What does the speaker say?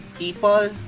people